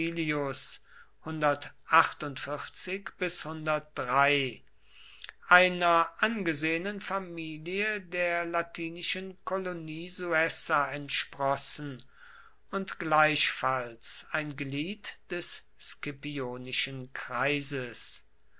einer angesehenen familie der latinischen kolonie suessa entsprossen und gleichfalls ein glied des scipionischen kreises